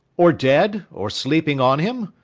or dead or sleeping on him?